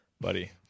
buddy